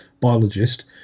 biologist